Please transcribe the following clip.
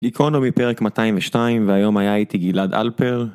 ניקרונו מפרק 202 והיום היה איתי גלעד אלפר